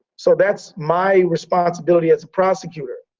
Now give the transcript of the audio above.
so that's my responsibility as a prosecutor.